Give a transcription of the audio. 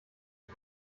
den